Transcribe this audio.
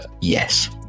Yes